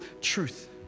truth